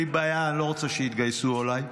ואין לי בעיה, אני לא רוצה שיתגייסו, אולי,